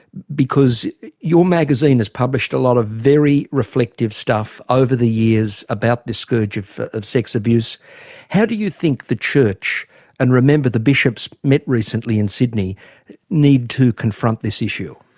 because your magazine has published a lot of very reflective stuff over the years about this scourge of of sex-abuse. how do you think the church and remember the bishops met recently in sydney need to confront this issue.